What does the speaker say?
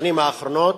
בשנים האחרונות.